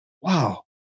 wow